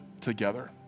together